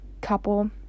couple